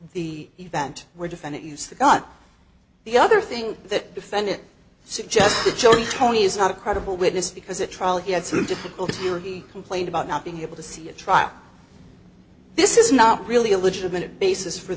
the event where defendant use the gun the other thing that defendant suggests the jury tony is not a credible witness because a trial he had some difficulty or he complained about not being able to see a trial this is not really a legitimate basis for